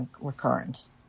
recurrence